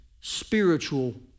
spiritual